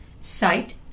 Sight